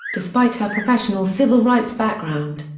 despite her professional civil rights background.